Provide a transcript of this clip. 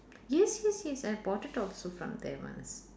yes yes yes I bought it also from there once